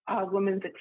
women's